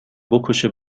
بکشه